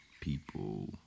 people